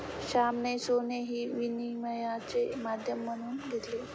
श्यामाने सोने हे विनिमयाचे माध्यम म्हणून दिले